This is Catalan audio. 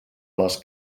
les